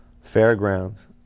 fairgrounds